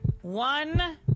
one